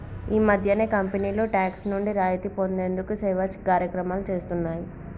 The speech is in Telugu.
ఈ మధ్యనే కంపెనీలు టాక్స్ నుండి రాయితీ పొందేందుకు సేవా కార్యక్రమాలు చేస్తున్నాయి